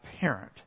parent